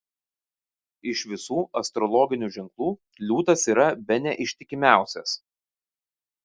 iš visų astrologinių ženklų liūtas yra bene ištikimiausias